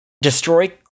destroy